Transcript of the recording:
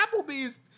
Applebee's